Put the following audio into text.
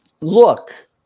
look